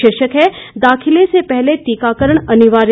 शीर्षक है दाखिले से पहले टीकाकरण अनिवार्य